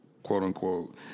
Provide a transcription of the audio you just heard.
quote-unquote